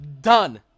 done